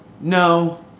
No